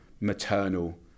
maternal